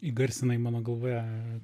įgarsinai mano galvoje